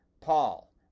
Paul